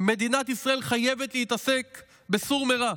מדינת ישראל חייבת להתעסק ב"סור מרע".